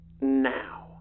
Now